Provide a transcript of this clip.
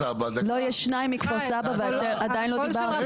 יש שניים מכפר סבא ואני עדיין לא דיברתי.